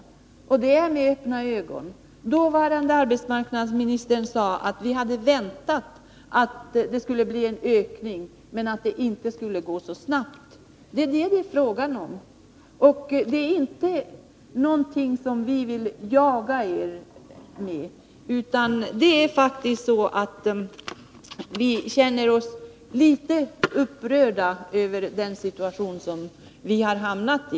Ni har handlat med öppna ögon. Dåvarande arbetsmarknadsministern sade: Vi hade väntat att det skulle bli en ökning men inte att det skulle gå så snabbt. Det är detta det är frågan om, och vi känner oss litet upprörda över den situation som vi har hamnat i.